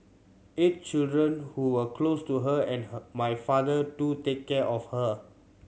eight children who were close to her and her my father to take care of her